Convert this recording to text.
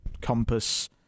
compass